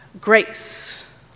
grace